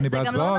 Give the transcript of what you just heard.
אני בהצבעות.